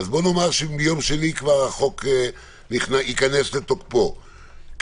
כבר ביום שני החוק ייכנס לתוקפו,